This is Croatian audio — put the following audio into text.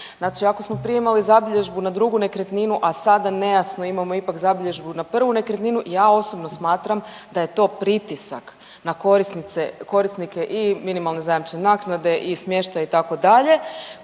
Znači ako smo prije imali zabilježbu na drugu nekretninu, a sada nejasno imamo ipak zabilježbu na prvu nekretninu ja osobno smatram da je to pritisak na korisnice, korisnike i minimalne zajamčene naknade i smještaja itd.